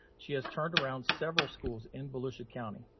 she has turned around several schools in volusia county.